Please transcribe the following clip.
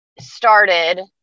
started